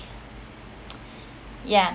yeah